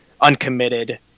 uncommitted